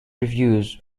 reviews